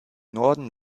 norden